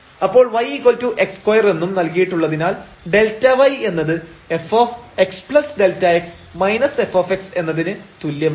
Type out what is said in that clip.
അപ്പോൾ yx2 എന്നും നൽകിയിട്ടുള്ളതിനാൽ Δy എന്നത് fxΔx f എന്നതിന് തുല്യമാവും